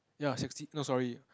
ya sixty no sorry